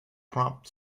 prompt